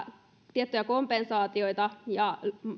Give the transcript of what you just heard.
tiettyjä kompensaatioita ja